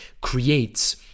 creates